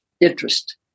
interest